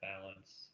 balance